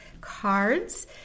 cards